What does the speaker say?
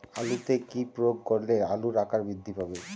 আলুতে কি প্রয়োগ করলে আলুর আকার বৃদ্ধি পাবে?